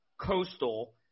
coastal –